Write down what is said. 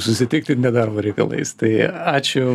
susitikt ir ne darbo reikalais tai ačiū